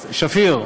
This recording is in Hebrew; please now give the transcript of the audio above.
שפיר,